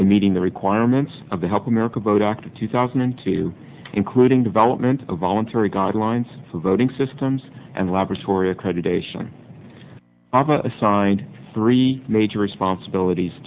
eating the requirements of the help america vote act of two thousand and two including development of voluntary guidelines for voting systems and laboratory accreditation of assigned three major responsibilities